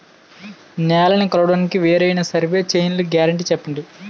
నేలనీ కొలవడానికి వేరైన సర్వే చైన్లు గ్యారంటీ చెప్పండి?